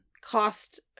cost